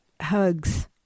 hugs